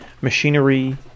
machinery